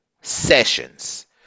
sessions